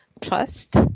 trust